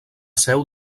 seu